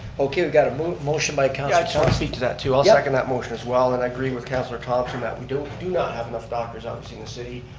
okay, we've got a motion by councilor i'll speak to that too. i'll yeah second that motion as well and agree with councilor thomson. that we do do not have enough doctors obviously in the city.